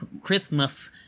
Christmas